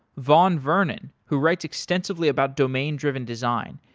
vaugn vernon who writes extensively about domain driven design,